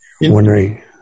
wondering